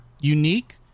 unique